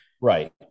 right